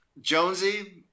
Jonesy